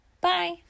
Bye